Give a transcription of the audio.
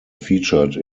featured